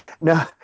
No